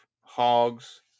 hogs